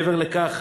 מעבר לכך,